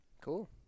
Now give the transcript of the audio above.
Cool